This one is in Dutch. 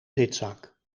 zitzak